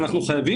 ומצד שני,